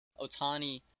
Otani